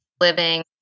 living